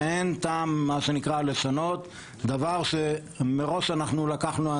ואין טעם לשנות דבר שמראש אנחנו לקחנו על